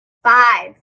five